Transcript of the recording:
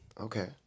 okay